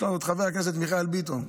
יש לנו את חבר הכנסת מיכאל ביטון,